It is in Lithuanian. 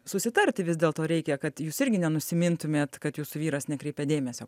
susitarti vis dėlto reikia kad jūs irgi nenusimintumėt kad jūsų vyras nekreipia dėmesio